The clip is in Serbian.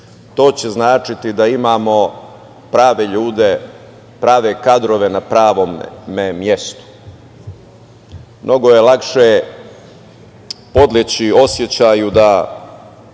to će značiti da imamo prave ljude, prave kadrove na pravom mestu. Mnogo je lakše podleći osećaju da